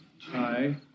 Hi